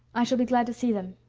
i shall be glad to see them,